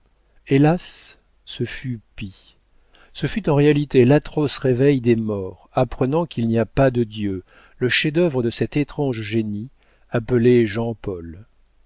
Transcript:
hélas ce fut pis ce fut en réalité l'atroce réveil des morts apprenant qu'il n'y a pas de dieu le chef-d'œuvre de cet étrange génie appelé jean-paul